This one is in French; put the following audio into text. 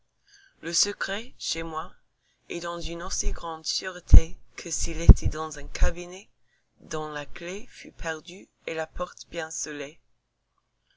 le secret chez moi est dans une aussi grande sûreté que s'il était dans un cabinet dont la clef fût perdue et la porte bien